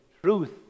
Truth